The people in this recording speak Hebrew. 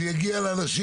זה יגיע לאנשים.